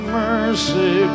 mercy